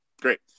Great